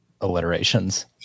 alliterations